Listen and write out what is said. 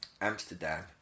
Amsterdam